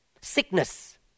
Sickness